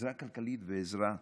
עזרה כלכלית ועזרה חומרית.